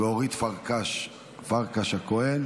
ועדת הכלכלה.